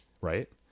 Right